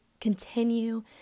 continue